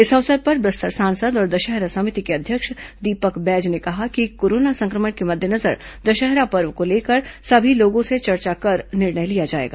इस अवसर पर बस्तर सांसद और दशहरा समिति के अध्यक्ष दीपक बैज ने कहा कि कोरोना संक्रमण के मद्देनजर दशहरा पर्व को लेकर सभी लोगों से चर्चा कर निर्णय लिया जाएगा